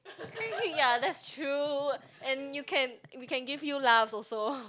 ya that's true and you can we can give you laugh also